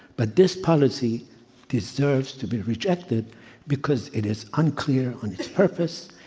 but this policy deserves to be rejected because it is unclear on its purpose.